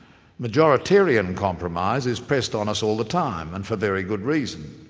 majoritarian compromise is pressed on us all the time, and for very good reason.